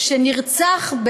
שנרצח,